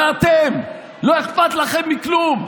ואתם, לא אכפת לכם מכלום,